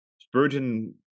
Spurgeon